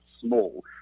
small